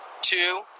two